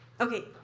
Okay